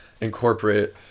incorporate